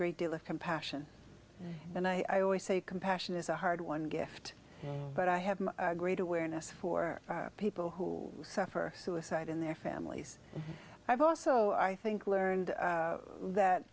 great deal of compassion and i always say compassion is a hard one gift but i have great awareness for people who suffer suicide in their families i've also i think learned that th